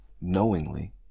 knowingly